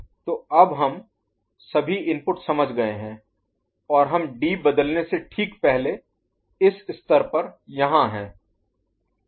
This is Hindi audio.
तो अब हम सभी इनपुट समझ गए हैं और हम डी बदलने से ठीक पहले इस स्तर पर यहाँ हैं